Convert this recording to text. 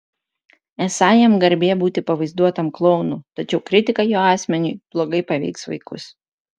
esą jam garbė būti pavaizduotam klounu tačiau kritika jo asmeniui blogai paveiks vaikus